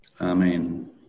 Amen